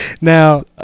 Now